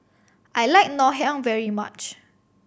I like Ngoh Hiang very much